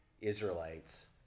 Israelites